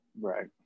Right